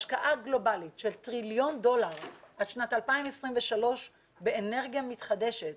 השקעה גלובלית של טריליון דולר עד שנת 2023 באנרגיה מתחדשת